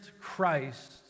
Christ